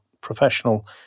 professional